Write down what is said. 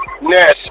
Ness